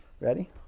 ready